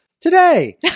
today